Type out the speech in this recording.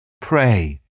Pray